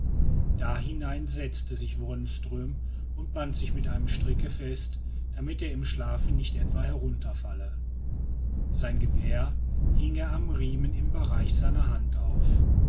dahinein setzte sich wonström und band sich mit einem stricke fest damit er im schlafe nicht etwa herunterfalle sein gewehr hing er am riemen im bereiche seiner hand auf